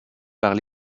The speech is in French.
par